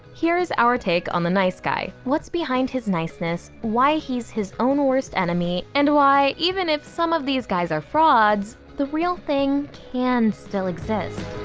here's our take on the nice guy what's behind his niceness, why he's his own worst enemy and why even if some of these guys are frauds, the real thing can still exist.